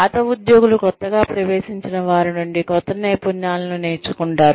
పాత ఉద్యోగులు కొత్తగా ప్రవేశించిన వారి నుండి కొత్త నైపుణ్యాలను నేర్చుకుంటారు